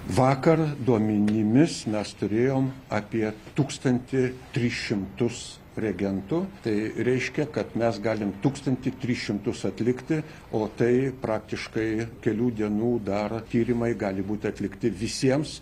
vakar duomenimis mes turėjom apie tūkstantį tris šimtus reagentų tai reiškia kad mes galim tūkstantį tris šimtus atlikti o tai praktiškai kelių dienų dar tyrimai gali būt atlikti visiems